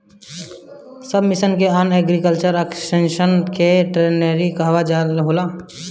सब mission on agriculture extension मै टेरेनीं कहवा कहा होला?